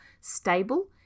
stable